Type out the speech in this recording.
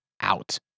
out